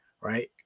right